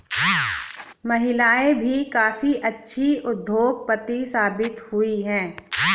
महिलाएं भी काफी अच्छी उद्योगपति साबित हुई हैं